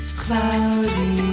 cloudy